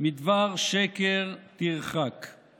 "מדבר שקר תרחק";